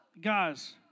Guys